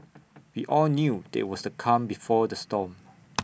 we all knew there was the calm before the storm